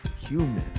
human